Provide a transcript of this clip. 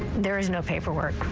there's no paperwork.